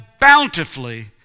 bountifully